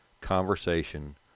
conversation